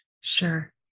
Sure